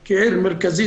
אנחנו עיר מרכזית.